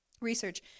research